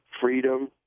freedom